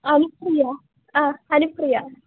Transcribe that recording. അനുപ്രിയ ആ അനുപ്രിയ